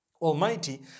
Almighty